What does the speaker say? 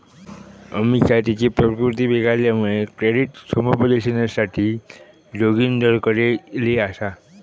अमिषा तिची प्रकृती बिघडल्यामुळा क्रेडिट समुपदेशनासाठी जोगिंदरकडे ईली आसा